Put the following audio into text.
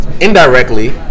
indirectly